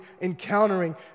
encountering